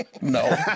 No